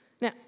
Now